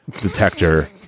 detector